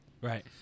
right